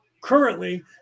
currently